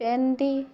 ପେନ୍ଟି